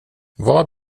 vad